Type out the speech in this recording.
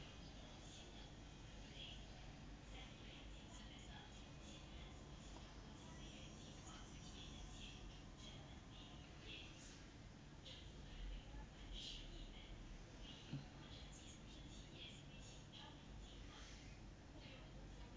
mm